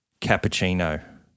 cappuccino